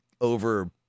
over